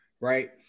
right